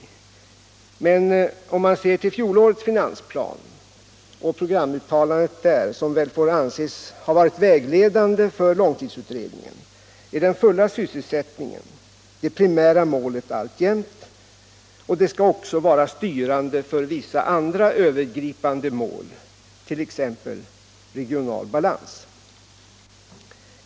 Men om vi ser till fjolårets finansplan och programuttalandet där, som väl får anses vara vägledande för långtidsutredningen, är den fulla sysselsättningen det primära målet alltjämt, och det skall också vara styrande för vissa andra övergripande mål, t.ex. regional balans.